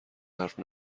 حرف